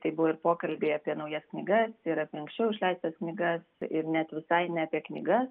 tai buvo ir pokalbiai apie naujas knygas ir apie anksčiau išleistas knygas ir net visai ne apie knygas